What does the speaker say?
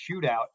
shootout